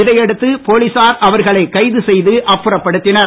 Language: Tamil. இதை அடுத்து போலீசார் அவர்களை கைது செய்து அப்புறப்படுத்தினர்